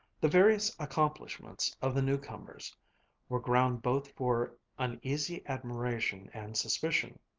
the various accomplishments of the new-comers were ground both for uneasy admiration and suspicion.